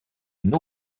une